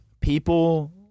people